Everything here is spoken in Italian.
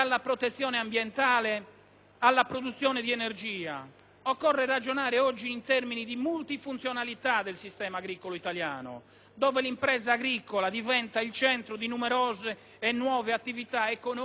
alla produzione di energia. Occorre ragionare oggi in termini di multifunzionalità del sistema agricolo italiano, dove l'impresa agricola diventa il centro di numerose e nuove attività economiche e sociali.